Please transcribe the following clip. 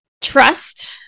trust